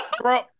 bro